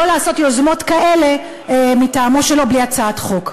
שלא לעשות יוזמות כאלה מטעמו שלו בלי הצעת חוק.